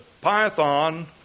python